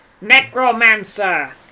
necromancer